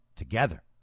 together